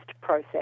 process